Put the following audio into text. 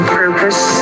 purpose